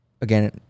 again